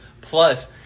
plus